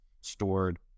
stored